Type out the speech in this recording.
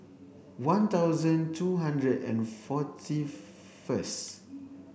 one thousand two hundred and forty first